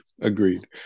Agreed